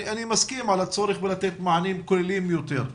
אני מסכים על הצורך בלתת מענים כוללים יותר,